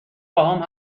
باهام